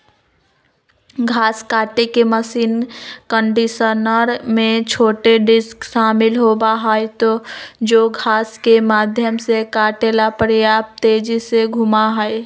घास काटे के मशीन कंडीशनर में छोटे डिस्क शामिल होबा हई जो घास के माध्यम से काटे ला पर्याप्त तेजी से घूमा हई